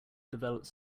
developed